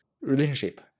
relationship